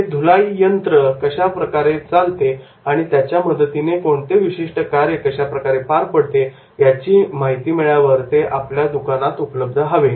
हे washing machine कशा विशिष्ट प्रकारे चालते आणि याच्या मदतीने कोणते विशिष्ट कार्य कशा प्रकारे पार होते याची माहिती मिळाल्यावर ते आपल्या दुकानात उपलब्ध हवे